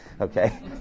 Okay